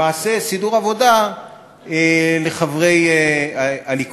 למעשה סידור עבודה לחברי הליכוד.